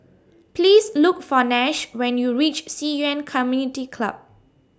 Please Look For Nash when YOU REACH Ci Yuan Community Club